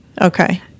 Okay